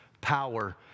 power